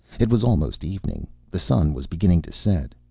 it was almost evening. the sun was beginning to set.